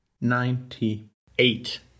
Ninety-eight